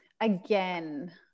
again